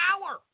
power